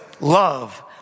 love